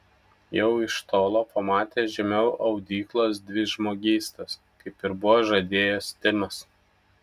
jau iš tolo pamatė žemiau audyklos dvi žmogystas kaip ir buvo žadėjęs timas